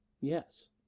Yes